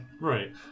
Right